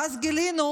ואז גילינו